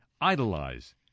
idolize